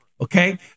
okay